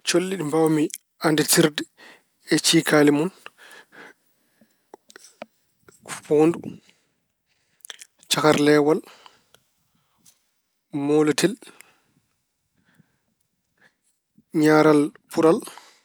Colli ɗi mbaaw mi anndirde e cikaali mun: foondu, cakarleewal, mooletel, ñaaralpural.